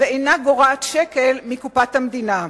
ואינה גורעת שקל מקופת המדינה.